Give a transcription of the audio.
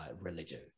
religion